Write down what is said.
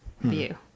view